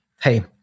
hey